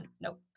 nope